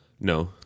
No